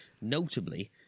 notably